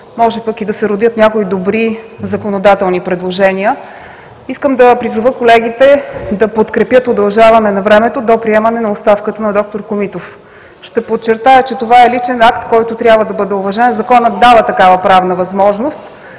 може пък и да се родят някои добри законодателни предложения. Искам да призова колегите да подкрепят удължаване на времето до приемане на оставката на д-р Комитов. Ще подчертая, че това е личен акт, който трябва да бъде уважен. Законът дава такава правна възможност,